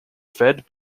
fed